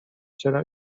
چرا